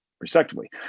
respectively